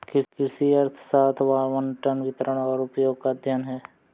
कृषि अर्थशास्त्र आवंटन, वितरण और उपयोग का अध्ययन है